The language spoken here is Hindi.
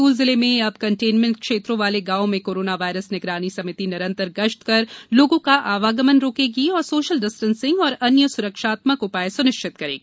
बैतूल जिले में अब कंटेनमेंट क्षेत्रों वाले गांवों में कोरोना वायरस निगरानी समिति निरंतर गश्त कर लोगों का आवागमन रोकेगी एवं सोशल डिस्टेंसिंग और अन्य स्रक्षात्मक उपाय स्निश्चित करेगी